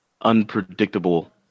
unpredictable